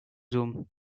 zoom